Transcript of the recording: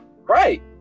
Right